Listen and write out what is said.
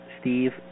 Steve